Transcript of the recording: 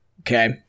Okay